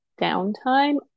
downtime